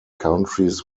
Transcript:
countries